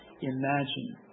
imagine